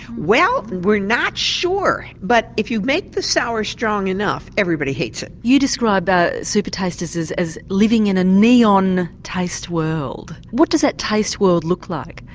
well we're not sure but if you make the sour strong enough everybody hates it. you describe ah supertasters as living in a neon taste world. what does that taste world look like?